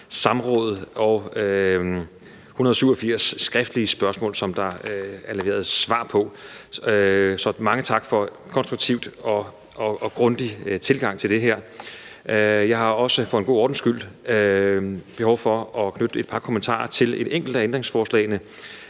samråd og 187 skriftlige spørgsmål, som der er leveret svar på. Så mange tak for en konstruktiv og grundig tilgang til det her. Jeg har også for en god ordens skyld behov for at knytte et par kommentarer til et enkelt af ændringsforslagene,